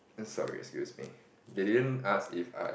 sorry excuse me they didn't ask if I